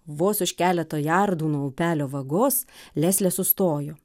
vos už keleto jardų nuo upelio vagos leslė sustojo